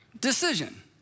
decision